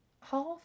half